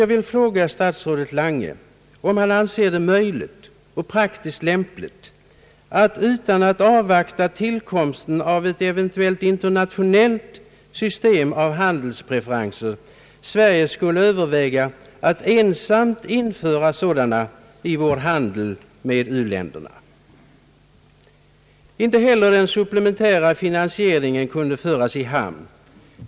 Jag vill fråga statsrådet Lange om han anser det möjligt och praktiskt lämpligt att, utan att avvakta tillkomsten av ett eventuellt internationelit system av handelspreferenser, Sverige skulle överväga att ensamt införa sådana i vår handel med u-länderna. Inte heller den supplementära finansieringen kunde föras i hamn.